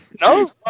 No